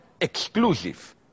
exclusive